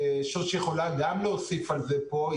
שוש יכולה גם להוסיף על זה פה,